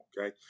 Okay